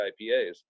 IPAs